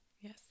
yes